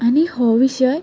आनी हो विशय खूब